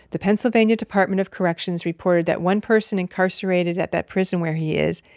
the pennsylvania department of corrections reported that one person incarcerated at that prison where he is,